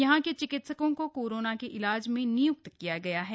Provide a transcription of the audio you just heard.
यहां के चिकित्सकों को कोरोना के इलाज में नियुक्त किया गया है